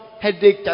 headache